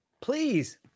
Please